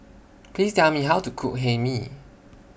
Please Tell Me How to Cook Hae Mee